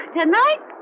tonight